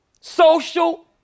social